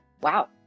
Wow